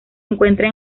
encuentra